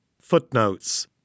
Footnotes